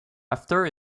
after